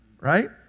right